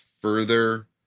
further